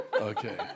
Okay